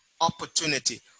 opportunity